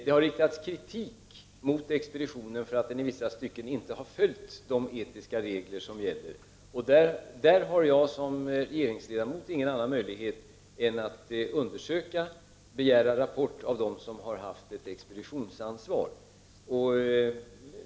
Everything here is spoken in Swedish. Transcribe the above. Det har riktats kritik mot expeditionen för att den i vissa stycken inte har följt de etiska regler som gäller, och där har jag som regeringsledamot inte någon annan möjlighet än att undersöka detta genom att begära en rapport av dem som har haft expeditionsansvaret.